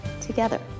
together